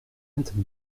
patrick